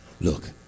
Look